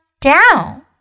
down